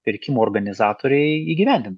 pirkimo organizatoriai įgyvendina